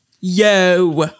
Yo